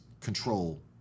control